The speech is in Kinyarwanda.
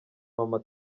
mama